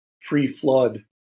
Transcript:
pre-flood